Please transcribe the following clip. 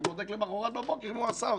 אני בודק למחרת בבוקר אם הוא עשה אותה.